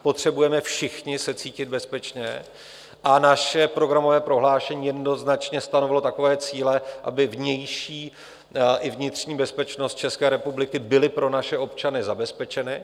Potřebujeme všichni se cítit bezpečně a naše programové prohlášení jednoznačně stanovilo takové cíle, aby vnější i vnitřní bezpečnost České republiky byly pro všechny naše občany zabezpečeny.